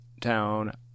Town